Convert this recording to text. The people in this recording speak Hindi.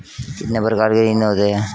कितने प्रकार के ऋण होते हैं?